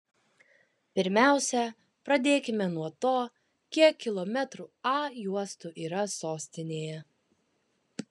pirmiausia pradėkime nuo to kiek kilometrų a juostų yra sostinėje